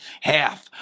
half